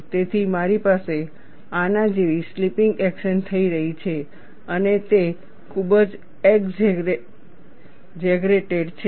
તેથી મારી પાસે આના જેવી સ્લિપિંગ એક્શન થઈ રહી છે અને તે ખૂબ જ એગઝેગરેટેડ છે